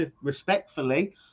respectfully